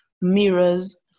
mirrors